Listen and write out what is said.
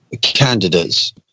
candidates